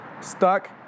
stuck